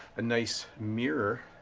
a nice mirror,